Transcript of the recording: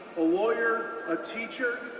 a lawyer, a teacher,